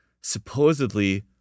supposedly